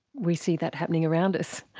we see that happening around us.